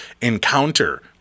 encounter